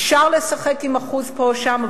אפשר לשחק עם אחוז פה או שם,